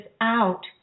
out